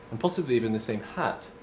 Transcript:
and possibly even the same hat.